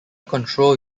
control